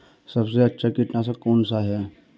सबसे अच्छा कीटनाशक कौन सा है?